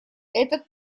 этот